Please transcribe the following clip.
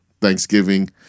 Thanksgiving